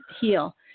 heal